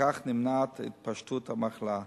וכך נמנעת התפשטות המחלה.